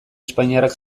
espainiarrak